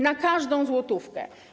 Na każdą złotówkę.